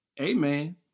Amen